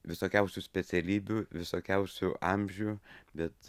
visokiausių specialybių visokiausių amžių bet